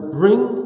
bring